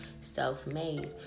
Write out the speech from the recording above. self-made